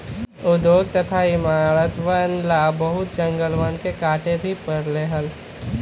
उद्योग तथा इमरतवन ला बहुत जंगलवन के काटे भी पड़ले हल